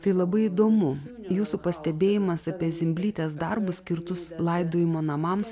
tai labai įdomu jūsų pastebėjimas apie zimblytės darbus skirtus laidojimo namams